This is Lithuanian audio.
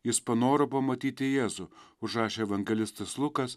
jis panoro pamatyti jėzų užrašė evangelistas lukas